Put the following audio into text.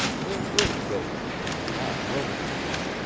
they're bridge builders and not wilderness men.